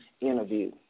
interview